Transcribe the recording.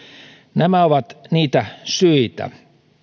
nämä ovat niitä syitä